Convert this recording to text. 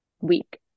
week